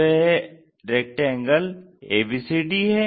तो यह rectangle ABCD है